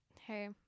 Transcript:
Hey